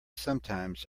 sometimes